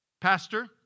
Pastor